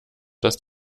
dass